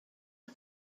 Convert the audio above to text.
are